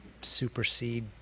supersede